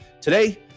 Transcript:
Today